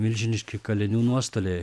milžiniški kalinių nuostoliai